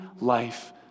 life